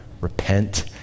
Repent